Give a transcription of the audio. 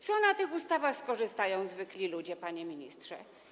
Czy z tych ustaw skorzystają zwykli ludzie, panie ministrze?